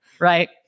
right